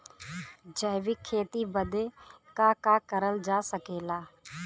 जैविक खेती बदे का का करल जा सकेला?